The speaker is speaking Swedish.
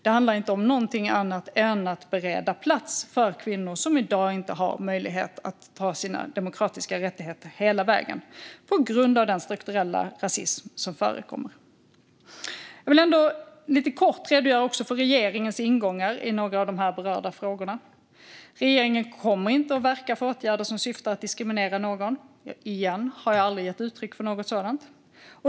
Det handlar inte om någonting annat än att bereda plats för kvinnor som i dag inte har möjlighet att ta sina demokratiska rättigheter hela vägen på grund av den strukturella rasism som förekommer. Jag vill ändå lite kort redogöra också för regeringens ingångar i några av de berörda frågorna. Regeringen kommer inte att verka för åtgärder som syftar till att diskriminera någon. Återigen, jag har heller aldrig gett uttryck för något sådant.